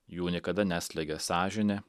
jų niekada neslegia sąžinė